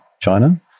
China